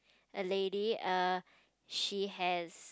a lady err she has